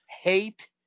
hate